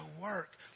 work